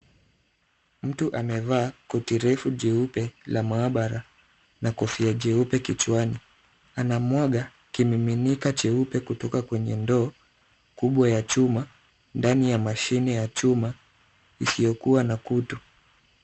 Mtu amevaa koti refu jeupe la maabara na kofia jeupe kichwani. Anamwaga kimiminika cheupe kutoka kwenye ndoo kubwa ya chuma, ndani ya mashine ya chuma isiyokuwa na kutu.